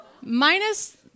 minus